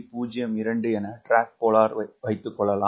02 என drag polar என்று வைக்கலாம்